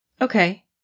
Okay